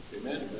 Amen